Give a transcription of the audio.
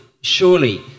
surely